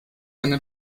eine